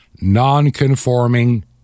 non-conforming